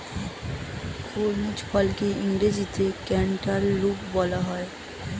খরমুজ ফলকে ইংরেজিতে ক্যান্টালুপ বলা হয়